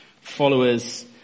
followers